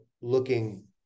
looking